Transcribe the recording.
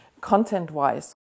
content-wise